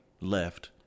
left